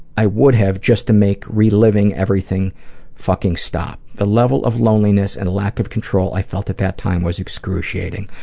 i would have, just to make reliving everything fucking stop. the level of loneliness and lack of control i felt at that time was excruciating,